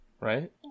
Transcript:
Right